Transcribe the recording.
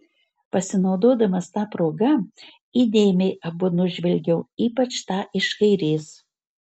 pasinaudodamas ta proga įdėmiai abu nužvelgiau ypač tą iš kairės